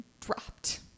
dropped